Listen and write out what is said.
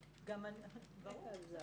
ברור.